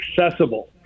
accessible